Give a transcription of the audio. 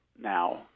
now